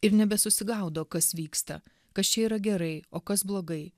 ir nebesusigaudo kas vyksta kas čia yra gerai o kas blogai